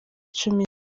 icumi